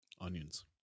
Onions